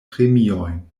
premiojn